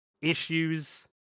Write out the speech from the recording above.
issues